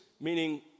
meaning